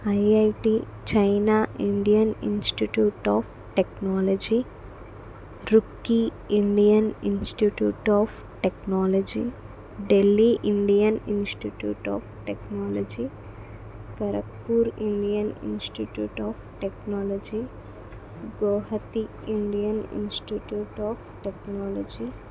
IIT China Indian institute of technology Roorkee Indian institute of technology Delhi Indian institute of technology Kharagpur Indian institute of technology Guwahati Indian institute of technology